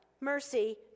mercy